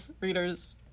readers